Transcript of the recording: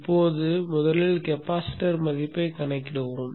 இப்போது முதலில் கெபாசிட்டர் மதிப்பைக் கணக்கிடுவோம்